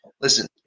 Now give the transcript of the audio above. listen